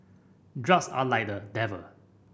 drugs are like the devil